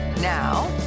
Now